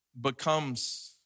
becomes